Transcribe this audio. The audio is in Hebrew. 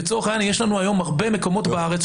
לצורך העניין יש לנו הרבה מקומות בארץ,